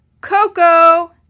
Coco